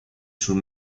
sul